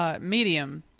medium